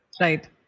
right